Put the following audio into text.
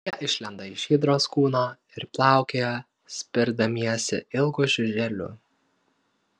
jie išlenda iš hidros kūno ir plaukioja spirdamiesi ilgu žiuželiu